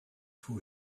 for